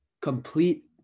Complete